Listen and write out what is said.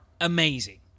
amazing